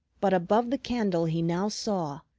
but above the candle he now saw,